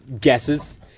guesses